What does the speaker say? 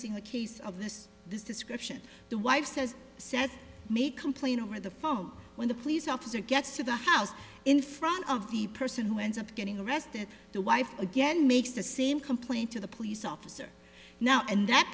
seeing a case of this this description the wife says says may complain over the phone when the police officer gets to the house in front of the person who ends up getting arrested the wife again makes the same complaint to the police officer now and that